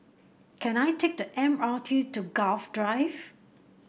can I take the M R T to Gul Drive